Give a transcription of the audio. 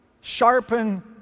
sharpen